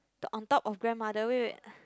the on top of grandmother wait wait